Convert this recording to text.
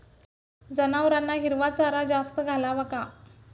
जनावरांना हिरवा चारा जास्त घालावा का?